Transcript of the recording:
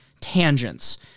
tangents